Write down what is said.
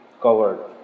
covered